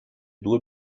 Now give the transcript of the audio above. due